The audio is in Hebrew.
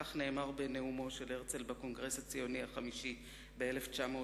כך נאמר בנאומו של הרצל בקונגרס הציוני החמישי ב-1901.